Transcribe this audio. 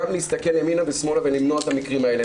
להסתכל ימינה ושמאלה ולמנוע את המקרים האלה,